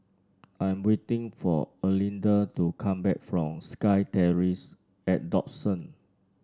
I'm waiting for Erlinda to come back from SkyTerrace at Dawson